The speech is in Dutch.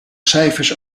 cijfers